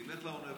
תלך לאוניברסיטה,